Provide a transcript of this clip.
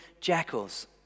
jackals